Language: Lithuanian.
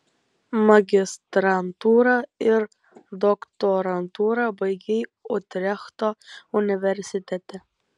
magistrantūrą ir doktorantūrą baigei utrechto universitete